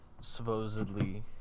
supposedly